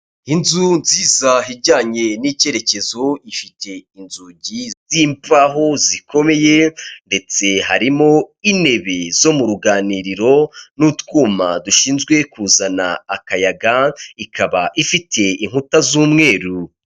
Inzuzi zahajyanye n'icyerekezo ifite inzugi z'imvaho zikomeye ndetse harimo intebe zo mu ruganiriro, n'utwuma dushinzwe kuzana akayaga, ikaba ifite inkuta z'umweru.